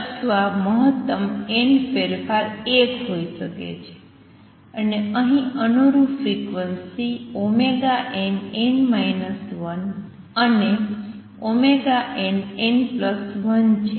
અથવા મહત્તમ n ફેરફાર 1 હોઈ શકે છે અને અહીં અનુરૂપ ફ્રિક્વન્સી nn 1 અને nn1 છે